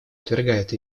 отвергает